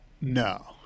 no